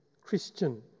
Christian